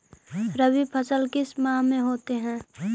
रवि फसल किस माह में होते हैं?